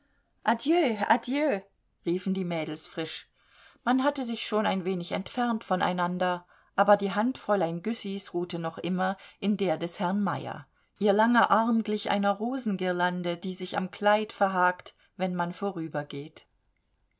riefen die mädels frisch man hatte sich schon ein wenig entfernt von einan der aber die hand fräulein güssys ruhte noch immer in der des herrn meyer ihr langer arm glich einer rosengirlande die sich am kleid verhakt wenn man vorübergeht